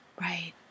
right